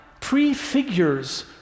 prefigures